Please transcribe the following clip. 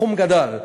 הסכום גדל.